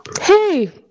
Hey